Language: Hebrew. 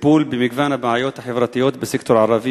לטיפול במגוון הבעיות החברתיות בסקטור הערבי